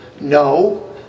No